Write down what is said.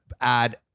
add